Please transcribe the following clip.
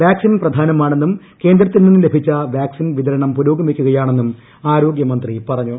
vaccine പ്രധാനമാണെന്നും കേന്ദ്രത്തിൽ നിന്നും ലഭിച്ച വാക്സിൻ വിതരണം പുരോഗമിക്കുകയാണെന്നും ആരോഗൃമന്ത്രി പറഞ്ഞു